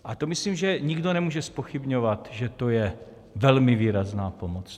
A to myslím, že nikdo nemůže zpochybňovat, že to je velmi výrazná pomoc.